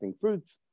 fruits